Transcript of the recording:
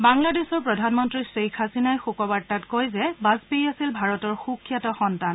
বাংলাদেশৰ প্ৰধানমন্ত্ৰী শেইখ হাছিনাই শোকবাৰ্তাত কয় যে বাজপেয়ী আছিল ভাৰতৰ সুখ্যাত সন্তান